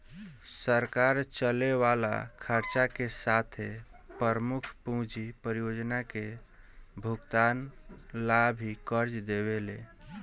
सरकार चले वाला खर्चा के साथे प्रमुख पूंजी परियोजना के भुगतान ला भी कर्ज देवेले